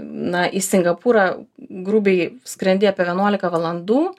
na į singapūrą grubiai skrendi apie vienuolika valandų